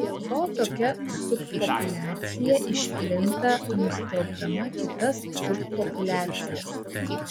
dėl to tokia subpopuliacija išplinta nustelbdama kitas subpopuliacijas